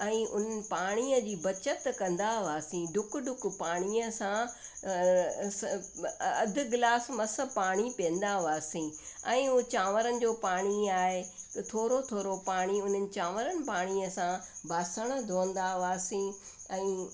ऐं उन पाणीअ जी बचति कंदा हुआसीं ॾुक ॾुक पाणीअ सां अधु गिलास मस पाणी पीअंदा हुआसीं ऐं उहा चावरनि जो पाणी आहे थोरो थोरो पाणी उन्हनि चावरनि पाणीअ सां बासण धुअंदा हुआसी ऐं